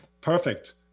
Perfect